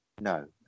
no